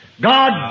God